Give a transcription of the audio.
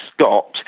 Scott